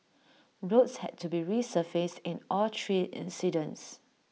roads had to be resurfaced in all three incidents